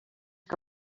que